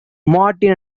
martin